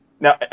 Now